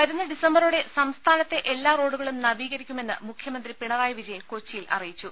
വരുന്ന ഡിസംബറോടെ സംസ്ഥാനത്തെ എല്ലാ റോഡു കളും നവീകരിക്കുമെന്ന് മുഖ്യമന്ത്രി പിണറായി വിജയൻ കൊച്ചിയിൽ അറിയിച്ചു